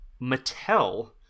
Mattel